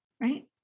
right